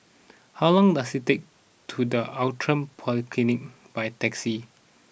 how long does it take to the Outram Polyclinic by taxi